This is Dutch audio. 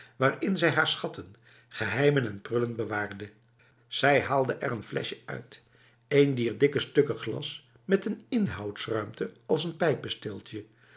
waarin zij haar schatten geheimen en prullen bewaarde zij haalde er een flesje uit een dier dikke stukken glas met een inhoudsruimte als een